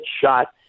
shot